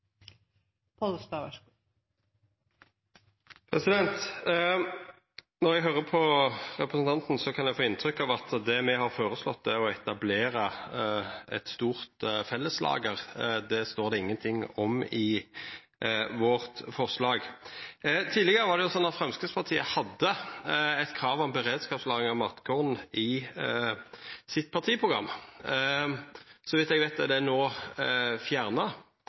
replikkordskifte. Når eg høyrer på representanten Ørsal Johansen, kan eg få inntrykk av at det me har føreslått, er å etablera eit stort felleslager. Det står det ingenting om i forslaget vårt. Tidlegare hadde Framstegspartiet eit krav om beredskapslagring av matkorn i partiprogrammet sitt. Så vidt eg veit, er det no fjerna.